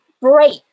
break